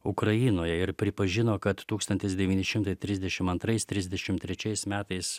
ukrainoje ir pripažino kad tūkstantis devyni šimtai trisdešim antrais trisdešim trečiais metais